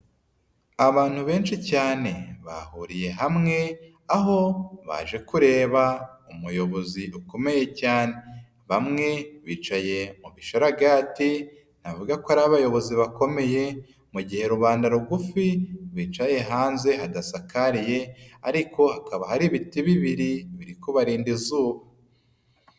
Abantu benshi cyane bahuriye hamwe. Aho baje kureba umuyobozi ukomeye cyane. Bamwe bicaye mu gisharagati navuga ko ari abayobozi bakomeye, mu gihe rubanda rugufi bicaye hanze hadasakariye ariko hakaba hari ibiti bibiri byo kubarinda izuba.